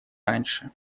раньше